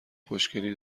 خوشگلی